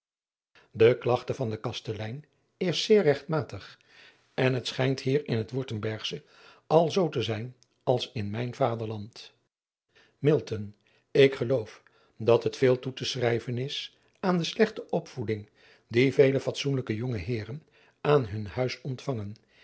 e klagte van den kastelein is zeer regtmatig en het schijnt hier in het urtembergsche al zoo te zijn als in mijn vaderland k geloof dat het veel toe te schrijven is aan de slechte opvoeding die vele fatsoenlijke jonge eeren aan hun huis ontvangen